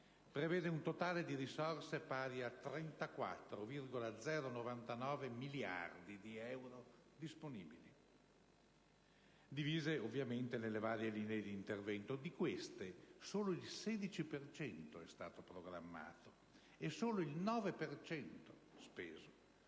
prevede un totale di risorse pari a 34 miliardi e 99.000 euro disponibili, divise ovviamente nelle varie linee di intervento. Di queste, solo il 16 per cento è stato programmato, e solo il 9 per